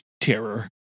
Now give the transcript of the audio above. terror